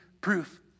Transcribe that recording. proof